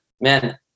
man